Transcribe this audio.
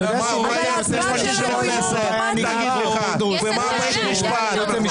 נראה מה יגיד לך בית המשפט.